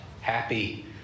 happy